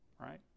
right